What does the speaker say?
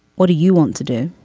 what do you want to do?